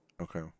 Okay